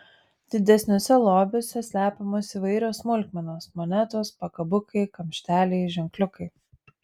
didesniuose lobiuose slepiamos įvairios smulkmenos monetos pakabukai kamšteliai ženkliukai